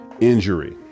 injury